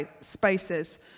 spices